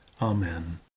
Amen